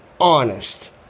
honest